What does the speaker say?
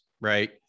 right